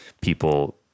people